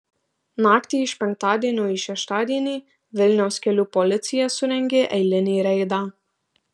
naktį iš penktadienio į šeštadienį vilniaus kelių policija surengė eilinį reidą